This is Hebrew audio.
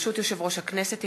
ברשות יושב ראש הכנסת,